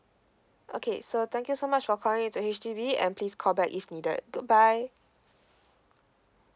okay so thank you so much for calling in to H_D_B and please call back if needed goodbye